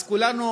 אז כולנו,